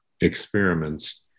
experiments